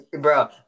bro